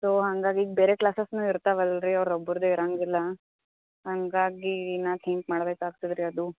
so ಹಾಗಾಗಿ ಈಗ ಬೇರೆ ಕ್ಲಾಸಸ್ಸೂ ಇರ್ತಾವಲ್ಲ ರೀ ಅವ್ರು ಒಬ್ರದ್ದೇ ಇರೋಂಗಿಲ್ಲ ಹಂಗಾಗಿ ನಾ ತಿಂಕ್ ಮಾಡ್ಬೇಕಾಗ್ತದೆ ರೀ ಅದು